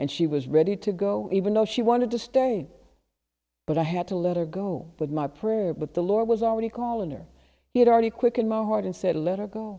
and she was ready to go even though she wanted to stay but i had to let her go with my prayer but the lord was already calling her it already quickened my heart and said let her go